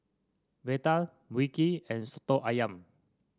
vadai Mui Kee and soto ayam